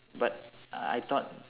but I thought